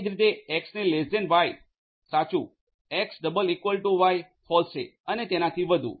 એ જ રીતે એક્સને લેસ્સ ધેન વાય સાચું x double equal to y false છે અને તેનાથી વધુ